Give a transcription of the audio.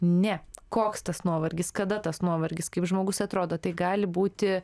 ne koks tas nuovargis kada tas nuovargis kaip žmogus atrodo tai gali būti